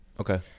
okay